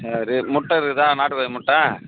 சரி முட்டை இருக்குதா நாட்டுக்கோழி முட்டை